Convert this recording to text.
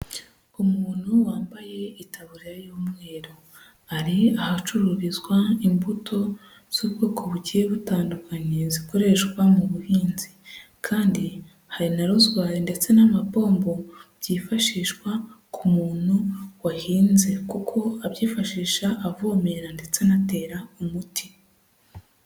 Umuntu wambaye itaburiya y'umweru, ari ahacururizwa imbuto z'ubwoko bugiye butandukanye zikoreshwa mu buhinzi kandi hari na ruzwari ndetse n'amapombo byifashishwa ku muntu wahinze kuko abyifashisha avomera ndetse anatera umuti.